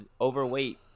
overweight